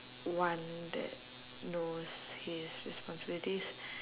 one that knows his responsibilities